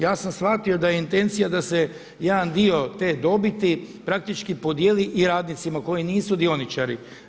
Ja sam shvatio da je intencija da se jedan dio te dobiti praktički podijeli i radnicima koji nisu dioničari.